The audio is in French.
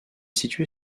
située